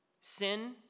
sin